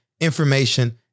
information